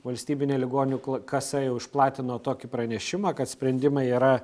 valstybinė ligonių kasa jau išplatino tokį pranešimą kad sprendimai yra